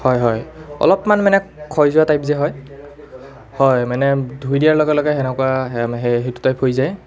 হয় হয় অলপমান মানে ক্ষয় যোৱা টাইপ যে হয় মানে ধুই দিয়াৰ লগে লগে মানে সেনেকুৱা সেইটো টাইপ হৈ যায়